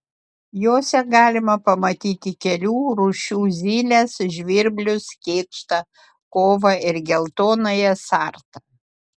jose galima pamatyti kelių rūšių zyles žvirblius kėkštą kovą ir geltonąją sartą